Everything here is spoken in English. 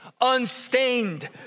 unstained